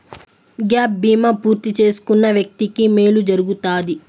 gap బీమా పూర్తి చేసుకున్న వ్యక్తికి మేలు జరుగుతాది